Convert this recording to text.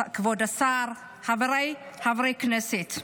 כבוד השר, חבריי חברי הכנסת,